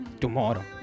tomorrow